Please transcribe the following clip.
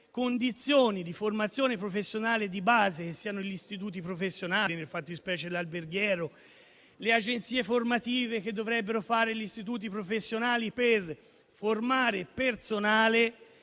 condizioni di formazione professionale di base, che siano gli istituti professionali, nella fattispecie l'alberghiero, o le agenzie formative che dovrebbero fare gli istituti professionali per formare personale